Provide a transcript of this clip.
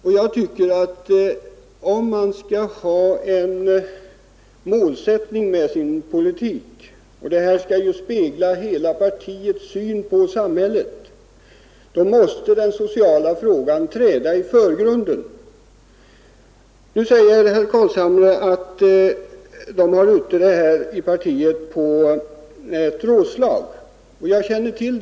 Om man skall ha en målsättning med sin politik — den föreliggande motionen skall ju återspegla hela partiets syn på samhället — borde den sociala frågan träda i förgrunden. Nu säger herr Carlshamre att den här frågan skall behandlas på ett rådslag, vilket jag känner till.